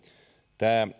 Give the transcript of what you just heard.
tämä